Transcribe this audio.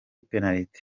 penaliti